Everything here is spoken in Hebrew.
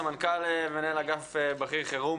מנהל אגף בכיר חירום,